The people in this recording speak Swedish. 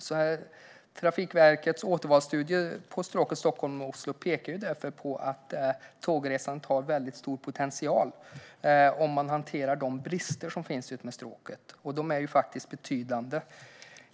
I Trafikverkets åtgärdsvalsstudie för stråket Stockholm-Oslo påpekas att tågresandet har stor potential om man hanterar de brister som finns utmed stråket, vilka är betydande.